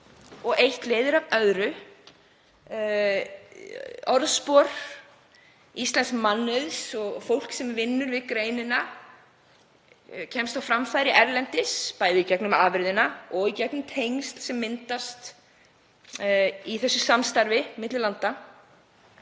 ár. Eitt leiðir af öðru, orðspori íslensks mannauðs og fólks sem vinnur við greinina er komið á framfæri í útlöndum, bæði í gegnum afurðina og í gegnum tengsl sem myndast í þessu samstarfi milli landa.